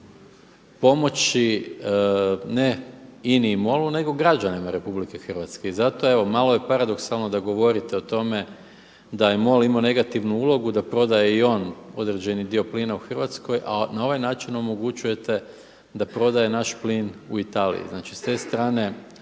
pomoći ne INA-i i MOL-u nego građanima RH. I zato evo malo je paradoksalno da govorite o tome da je MOL imao negativnu ulogu da i on prodaje određeni dio plina u Hrvatskoj, a na ovaj način omogućujete da prodaje naš plin u Italiji. Znači s te strane